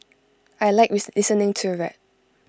I Like listening to rap